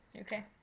Okay